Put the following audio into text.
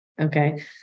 Okay